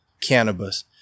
cannabis